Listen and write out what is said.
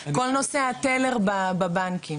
כל נושא הטלר בבנקים